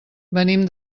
venim